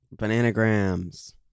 Bananagrams